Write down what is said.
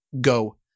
go